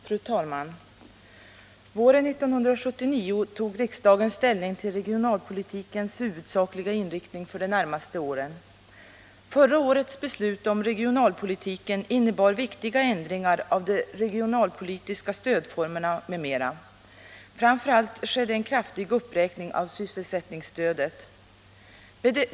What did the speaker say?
Fru talman! Våren 1979 tog riksdagen ställning till regionalpolitikens huvudsakliga inriktning för de närmaste åren. Förra årets beslut om regionalpolitiken innebar viktiga ändringar av de regionalpolitiska stödformerna m.m. Framför allt skedde en kraftig uppräkning av sysselsättningsstödet.